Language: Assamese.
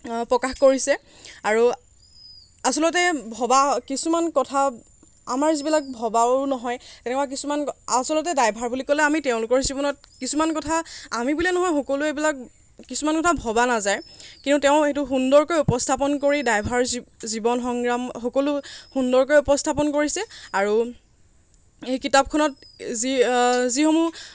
প্ৰকাশ কৰিছে আৰু আচলতে ভবা কিছুমান কথা আমাৰ যিবিলাক ভবাও নহয় তেনেকুৱা কিছুমান আচলতে ড্ৰাইভাৰ বুলি ক'লে আমি তেওঁলোকৰ জীৱনত কিছুমান কথা আমি বুলিয়ে নহয় সকলোৱে এইবিলাক কিছুমান কথা ভবা নাযায় কিন্তু তেওঁ সেইটো সুন্দৰকৈ উপস্থাপন কৰি ড্ৰাইভাৰ জীৱ জীৱন সংগ্ৰাম সকলো সুন্দৰকৈ উপস্থাপন কৰিছে আৰু এই কিতাপ খনত যি যি সমূহ